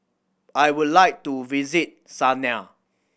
I would like to visit Sanaa